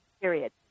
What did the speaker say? Period